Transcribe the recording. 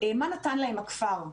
מה נתן להם הכפר,